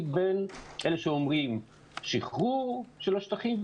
בין אלה שאומרים - שחרור של השטחים,